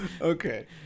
Okay